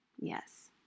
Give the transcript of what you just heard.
Yes